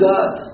God